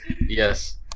Yes